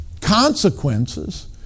consequences